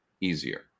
easier